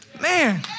Man